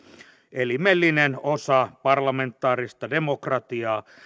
elimellinen osa parlamentaarista demokratiaa